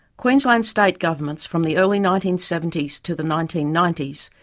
queensland state governments, from the early nineteen seventy s to the nineteen ninety s,